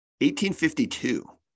1852